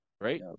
Right